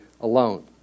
alone